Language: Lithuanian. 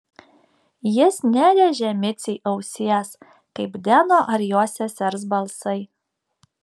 jis nerėžė micei ausies kaip deno ar jo sesers balsai